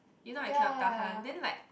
you know I cannot tahan then like